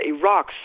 Iraq